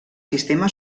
sistema